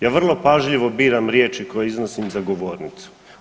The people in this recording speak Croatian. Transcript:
Ja vrlo pažljivo biram riječi koje iznosim za govornicom.